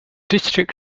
district